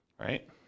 right